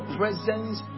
presence